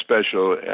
special